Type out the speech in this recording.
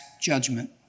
judgment